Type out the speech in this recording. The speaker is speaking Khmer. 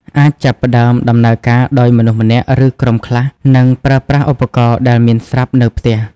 អាចចាប់ផ្តើមដំណើរការដោយមនុស្សម្នាក់ ឬក្រុមខ្លះ និងប្រើប្រាស់ឧបករណ៍ដែលមានស្រាប់នៅផ្ទះ។